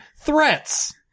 threats